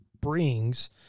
brings